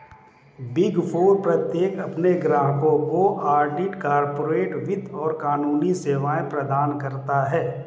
big four प्रत्येक अपने ग्राहकों को ऑडिट, कॉर्पोरेट वित्त और कानूनी सेवाएं प्रदान करता है